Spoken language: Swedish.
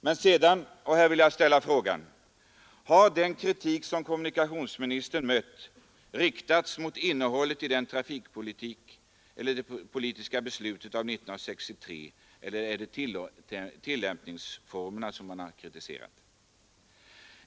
Men sedan vill jag ställa en fråga: Har den kritik som kommunikationsministern mött riktats mot innehållet i det trafikpolitiska beslutet av 1963, eller är det tillämpningsformerna som man kritiserar?